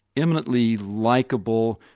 eminently likeable,